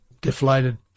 deflated